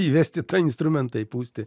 įvesti tą instrumentą įpūsti